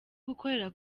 gukorera